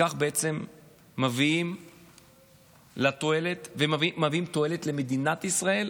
וכך מביאים תועלת למדינת ישראל